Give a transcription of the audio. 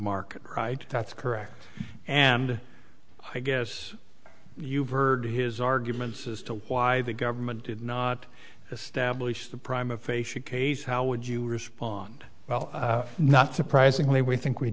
market right that's correct and i guess you've heard his arguments as to why the government did not establish the prime of facia case how would you respond well not surprisingly we think we